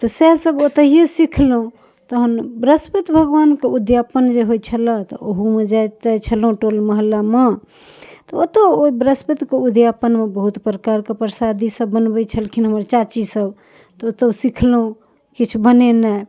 तऽ सएहसब ओतहिए सिखलहुँ तहन वृहस्पति भगवानके उद्यापन जे होइ छलै तऽ ओहोमे जाएत छलहुँ टोल मोहल्लामे तऽ ओतऽ ओ वृहस्पतिके उद्यापनो बहुत प्रकारके परसादीसब बनबै छलखिन हमर चाचीसब तऽ ओतहु सिखलहुँ किछु बनेनाइ